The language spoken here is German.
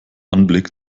anblick